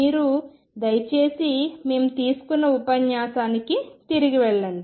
మీరు దయచేసి మేము తీసుకున్న ఉపన్యాసానికి తిరిగి వెళ్లండి